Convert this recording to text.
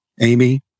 Amy